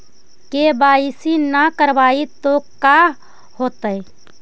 KYC न करवाई तो का हाओतै?